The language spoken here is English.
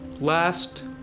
last